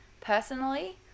Personally